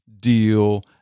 deal